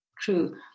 true